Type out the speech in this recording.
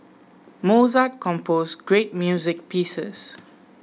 Mozart composed great music pieces